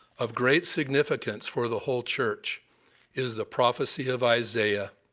of great significance for the whole church is the prophecy of isaiah